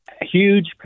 huge